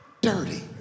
dirty